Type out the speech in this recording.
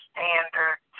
Standard